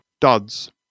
duds